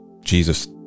Jesus